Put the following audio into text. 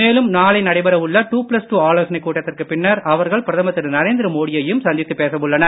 மேலும் நாளை நடைபெற உள்ள டு ப்ளஸ் டு ஆலோசனை கூட்டத்திற்கு பின்னர் அவர்கள் பிரதமர் திரு நரேந்திரமோடியையும் சந்தித்து பேச உள்ளனர்